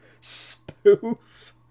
spoof